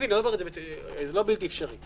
זה לא בלתי אפשרי.